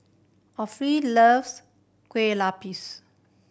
loves Kueh Lopes